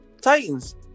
titans